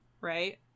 Right